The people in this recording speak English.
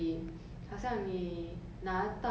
然后 what will you do with that I pod